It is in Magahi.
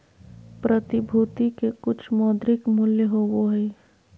प्रतिभूति के कुछ मौद्रिक मूल्य होबो हइ